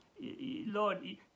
Lord